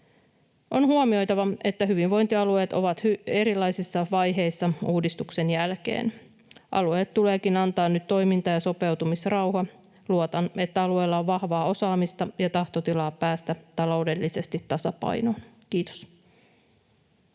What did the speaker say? On huomioitava, että hyvinvointialueet ovat erilaisissa vaiheissa uudistuksen jälkeen. Alueille tuleekin antaa nyt toiminta- ja sopeutumisrauha. Luotan, että alueilla on vahvaa osaamista ja tahtotilaa päästä taloudellisesti tasapainoon. — Kiitos.